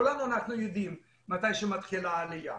כולנו יודעים מתי העלייה